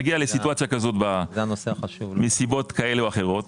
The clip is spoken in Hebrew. נגיע למצב כזה בנסיבות כאלה ואחרות,